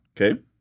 Okay